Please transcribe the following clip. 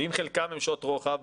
ואם חלקן הן שעות רוחב?